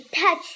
touch